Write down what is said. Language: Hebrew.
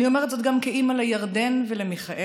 אני אומרת זאת גם כאימא לירדן ולמיכאל,